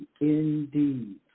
indeed